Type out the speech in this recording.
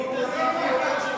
גילית את האח האובד שלך.